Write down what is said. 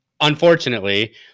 Unfortunately